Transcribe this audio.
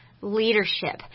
leadership